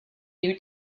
new